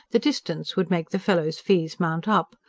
the distance would make the fellow's fees mount up.